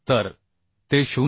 तर ते 0